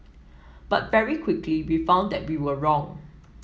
but very quickly we found that we were wrong